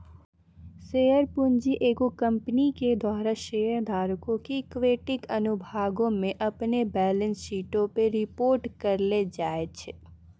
share पूंजी एगो company के द्वारा शेयर धारको के इक्विटी अनुभागो मे अपनो बैलेंस शीटो पे रिपोर्ट करलो जाय छै